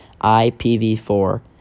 IPv4